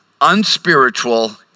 unspiritual